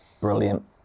brilliant